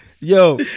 Yo